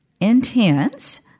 intense